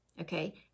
Okay